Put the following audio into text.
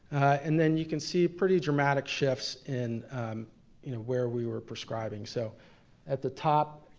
and then you can see pretty dramatic shifts in where we were prescribing. so at the top,